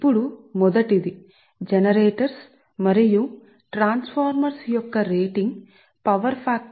ఇప్పుడు number one జనరేటర్లు మరియు ట్రాన్స్ఫార్మర్ల రేటింగ్ పవర్ ఫాక్టర్ కి విలోమానుపాతంలో ఉంటుంది